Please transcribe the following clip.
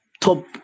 top